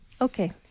okay